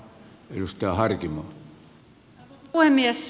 arvoisa puhemies